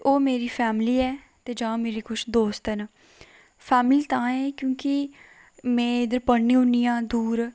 ओह् मेरी फैमिली ऐ जां मेरे किश दोस्त न फैमिली तां एह् क्योंकि में इद्धर पढ़नी होन्नी आं दूर